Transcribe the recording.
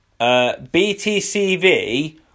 BTCV